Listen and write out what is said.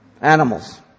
Animals